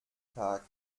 tag